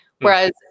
Whereas